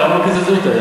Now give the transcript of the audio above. למה לא התקזזו אתה?